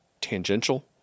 tangential